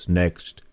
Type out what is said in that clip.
next